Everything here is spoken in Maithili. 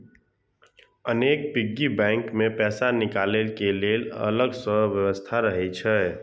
अनेक पिग्गी बैंक मे पैसा निकालै के लेल अलग सं व्यवस्था रहै छै